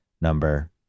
Number